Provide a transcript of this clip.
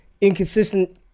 inconsistent